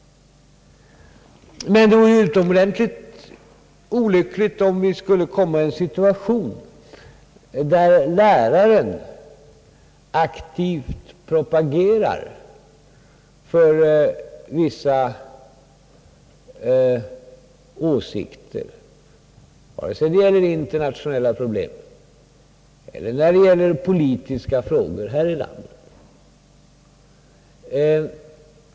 Men det vore utomordentligt olyckligt om vi skulle komma i en situation där läraren aktivt propagerar för vissa åsikter, antingen det gäller internationella problem eller det gäller politiska frågor här i landet.